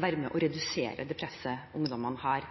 være med på å redusere presset ungdommene